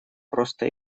просто